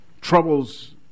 Troubles